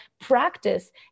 practice